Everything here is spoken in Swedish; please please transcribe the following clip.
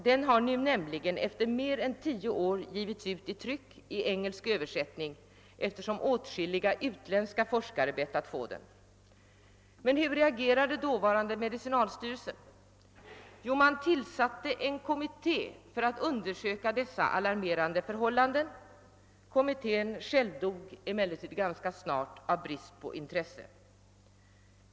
Den har nämligen nu, efter mer än tio år, givits ut i tryck i engelsk översättning därför att åtskilliga utländska forskare bett att få den. Men hur reagerade man på dåvarande medicinalstyrelsen? Jo, man tillsatte en kommitté för att undersöka dessa alarmerande förhållanden. Den kommittén självdog emellertid ganska snart av brist på intresse.